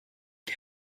wir